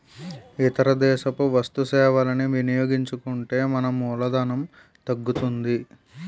ఇతర దేశపు వస్తు సేవలని వినియోగించుకుంటే మన మూలధనం తగ్గుతుంది